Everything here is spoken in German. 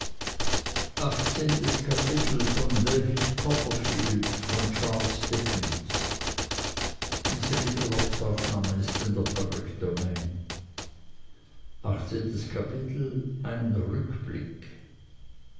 achtzehntes kapitel ein rückblick